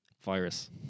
virus